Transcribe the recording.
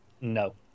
No